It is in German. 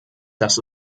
das